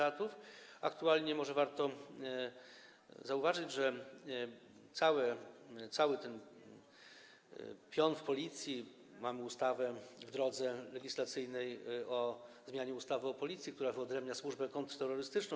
Aktualnie może warto zauważyć, jeżeli chodzi o cały ten pion w Policji, że mamy ustawę w trakcie legislacji o zmianie ustawy o Policji, która wyodrębnia służbę kontrterrorystyczną.